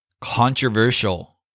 Controversial